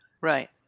Right